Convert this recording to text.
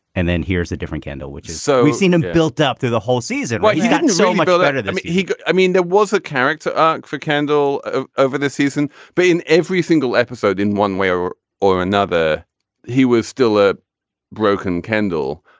and then here's a different kendall which is so we've seen him built up through the whole season well he's gotten so much older than me i mean that was a character arc for kendall ah over this season but in every single episode in one way or or another he was still a broken kendall.